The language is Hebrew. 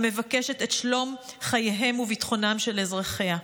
המבקשת את שלום חייהם וביטחונם של אזרחיה.